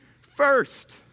first